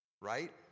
Right